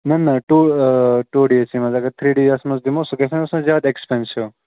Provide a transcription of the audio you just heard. نہ نہ two two day سٕے منٛز اَگر تھری ڈے یس منٛز دِمو سُہ گژھ نا مےٚ باسان زیادٕ ایٚکٕسپٮ۪نسِو